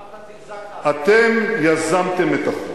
למה זגזגת, אתם יזמתם את החוק.